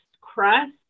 crust